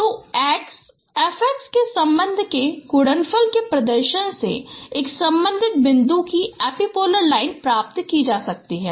तो x F x के संबंध में गुणनफल के प्रदर्शन से एक संबंधित बिंदु की एपिपोलर लाइन प्राप्त की जा सकती है